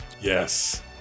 Yes